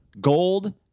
gold